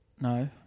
No